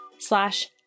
slash